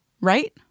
Right